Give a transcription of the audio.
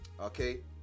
Okay